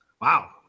Wow